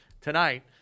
tonight